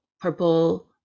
purple